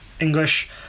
English